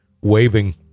waving